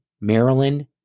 Maryland